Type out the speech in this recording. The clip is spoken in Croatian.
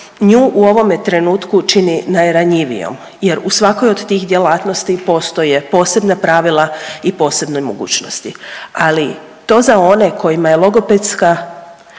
nju u ovome trenutku čini najranjivijom jer u svakoj od tih djelatnosti postoje posebna pravila i posebne mogućnosti, ali to za one kojima je logopedska